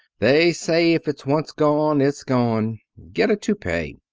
they say if it's once gone it's gone. get a toupee.